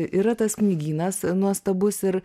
yra tas knygynas nuostabus ir